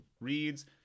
reads